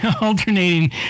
alternating